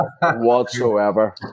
whatsoever